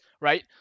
right